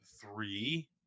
three